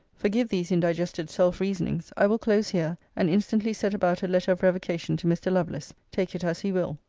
forgive these indigested self-reasonings. i will close here and instantly set about a letter of revocation to mr. lovelace take it as he will.